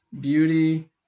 beauty